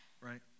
right